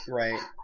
right